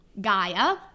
Gaia